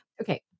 Okay